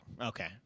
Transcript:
Okay